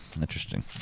Interesting